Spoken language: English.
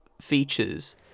features